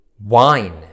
wine